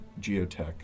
geotech